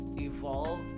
evolve